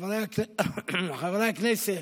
היושב-ראש, חברי הכנסת,